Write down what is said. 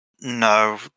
no